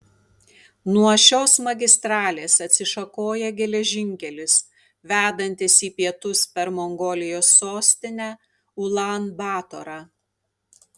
nuo šios magistralės atsišakoja geležinkelis vedantis į pietus per mongolijos sostinę ulan batorą